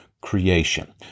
creation